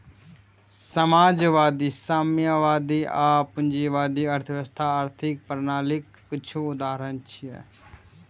समाजवादी, साम्यवादी आ पूंजीवादी अर्थव्यवस्था आर्थिक प्रणालीक किछु उदाहरण छियै